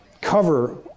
cover